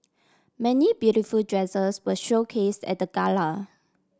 many beautiful dresses were showcase at the gala